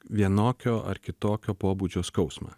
vienokio ar kitokio pobūdžio skausmą